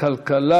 לוועדת כלכלה